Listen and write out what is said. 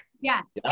Yes